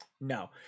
No